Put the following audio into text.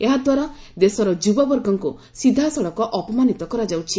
ଏହାଦ୍ୱାରା ଦେଶର ଯୁବବର୍ଗଙ୍କୁ ସିଧାସଳଖ ଅପମାନିତ କରାଯାଉଛି